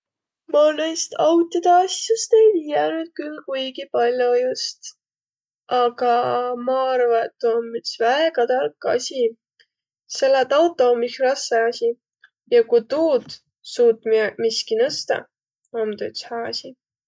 Ma naist autidõ asjust ei tiiäq nüüd küll kuigi pall'o just. Aga ma arva, et tuu om üts väega tark asi, selle, et auto om iks rassõ asi ja ku tuud suut miä- miski nõstaq, om tuu üts hää asi.